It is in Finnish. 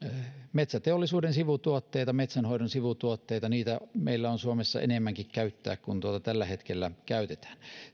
metsäteollisuuden sivutuotteita ja metsänhoidon sivutuotteita meillä on suomessa enemmänkin käyttää kuin tällä hetkellä käytetään